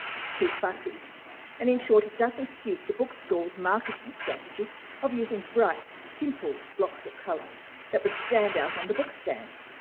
it's too fussy and in short it doesn't suit the bookstores marketing strategy of using bright simple blocks of color that would stand out on the book stands.